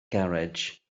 garej